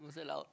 was that loud